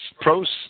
pros